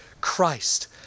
Christ